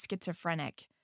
schizophrenic